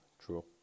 True